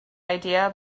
idea